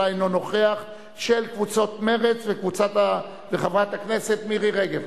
קבוצת חד"ש וקבוצת קדימה מציעות.